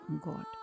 God